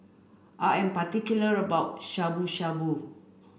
I am particular about Shabu Shabu